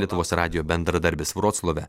lietuvos radijo bendradarbis vroclave